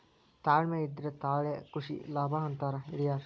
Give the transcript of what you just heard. ತಾಳ್ಮೆ ಇದ್ರೆ ತಾಳೆ ಕೃಷಿ ಲಾಭ ಅಂತಾರ ಹಿರ್ಯಾರ್